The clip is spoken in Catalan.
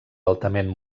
altament